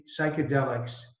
psychedelics